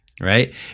right